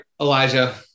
Elijah